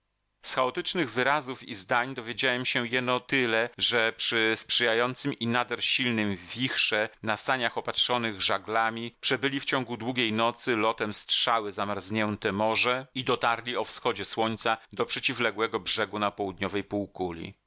chaotycznych wyrazów i zdań dowiedziałem się jeno tyle że przy sprzyjającym i nader silnym wichrze na saniach opatrzonych żaglami przebyli w ciągu długiej nocy lotem strzały zamarznięte morze i dotarli o wschodzie słońca do przeciwległego brzegu na południowej półkuli